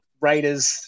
Raiders